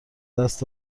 دست